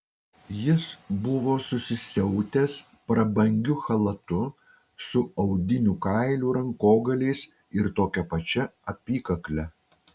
jis buvo susisiautęs prabangiu chalatu su audinių kailių rankogaliais ir tokia pačia apykakle